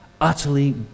utterly